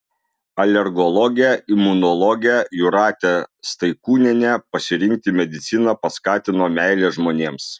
alergologę imunologę jūratę staikūnienę pasirinkti mediciną paskatino meilė žmonėms